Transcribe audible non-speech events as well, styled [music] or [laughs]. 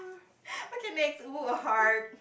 [laughs] okay next oh heart